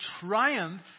triumph